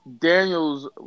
Daniel's